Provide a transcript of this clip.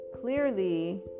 clearly